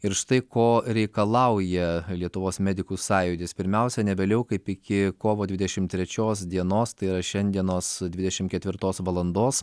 ir štai ko reikalauja lietuvos medikų sąjūdis pirmiausia ne vėliau kaip iki kovo dvidešimt trečios dienos tai yšiandienos dvidešimt ketvirtos valandos